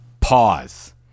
pause